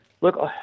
look